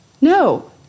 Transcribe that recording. No